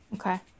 Okay